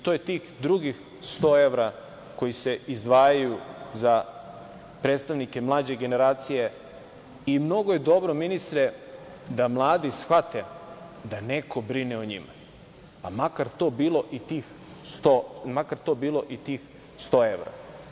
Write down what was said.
To je tih drugih 100 evra koji se izdvajaju za predstavnike mlađe generacije i mnogo je dobro, ministre, da mladi shvate da neko brine o njima, pa makar to bilo i tih 100 evra.